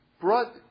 brought